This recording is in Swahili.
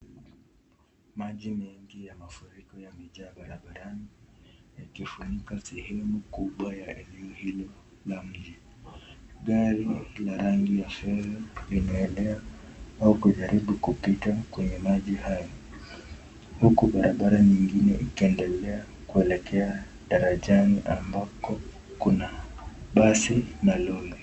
Maji mengi ya mafuriko imejaa barabarani ikifunika sehemu kubwa ya eneo hilo. Gari ya rangi ya fedha linaelea au kujaribu kupita kwenye maji hayo. Huku barabara nyingine ikiendelea kuelekea darajani ambako kuna basi na lori.